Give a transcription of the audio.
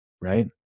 right